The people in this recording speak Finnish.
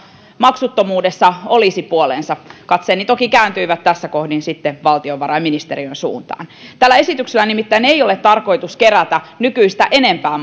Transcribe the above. maksuttomuudessa olisi puolensa katseeni toki kääntyivät tässä kohdin sitten valtiovarainministeriön suuntaan tällä esityksellä nimittäin ei ole tarkoitus kerätä nykyistä enempää